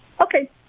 Okay